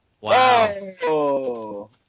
Wow